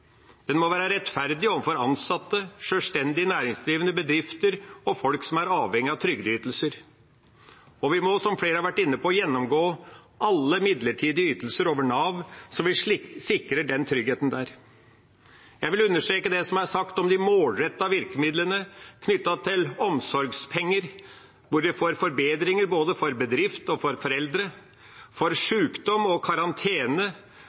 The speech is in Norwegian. folk som er avhengige av trygdeytelser. Og vi må, som flere har vært inne på, gjennomgå alle midlertidige ytelser over Nav, så vi sikrer den tryggheten. Jeg vil understreke det som er sagt om de målrettede virkemidlene knyttet til omsorgspenger, hvor vi får forbedringer både for bedrifter og for foreldre, for sjukdom og for karantene,